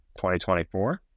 2024